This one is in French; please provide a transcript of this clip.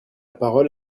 parole